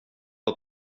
att